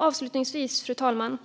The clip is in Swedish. Avslutningsvis, fru talman,